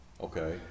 Okay